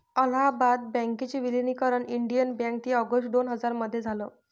अलाहाबाद बँकेच विलनीकरण Indian Bank तीन ऑगस्ट दोन हजार मध्ये झालं